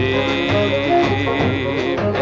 Deep